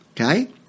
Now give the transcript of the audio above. okay